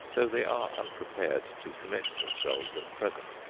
though they are unprepared to commit themselves at present.